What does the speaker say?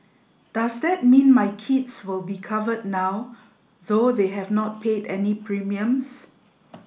does that mean my kids will be covered now though they have not paid any premiums